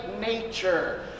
nature